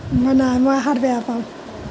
নাই নাই মই খাৰ বেয়া পাওঁ